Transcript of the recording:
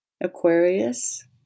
Aquarius